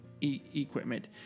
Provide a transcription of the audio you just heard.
equipment